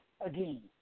again